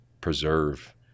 preserve